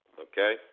Okay